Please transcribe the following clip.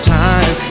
time